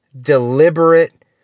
deliberate